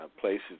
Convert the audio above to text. places